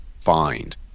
find